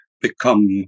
become